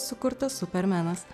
sukurtas supermenas